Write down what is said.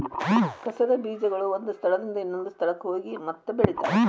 ಕಸದ ಬೇಜಗಳು ಒಂದ ಸ್ಥಳದಿಂದ ಇನ್ನೊಂದ ಸ್ಥಳಕ್ಕ ಹೋಗಿ ಮತ್ತ ಬೆಳಿತಾವ